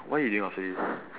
what are you doing after this